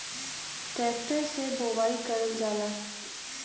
tractor से बोवाई करल जाला